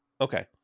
Okay